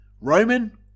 Roman